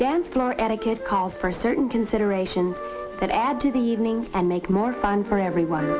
dance floor etiquette calls for certain considerations that add to the evening and make more fun for everyone